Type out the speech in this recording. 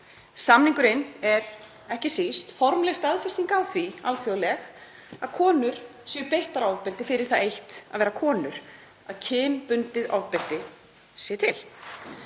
Samningurinn er ekki síst formleg staðfesting á því, alþjóðleg, að konur séu beittar ofbeldi fyrir það eitt að vera konur, að kynbundið ofbeldi sé til.